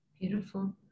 beautiful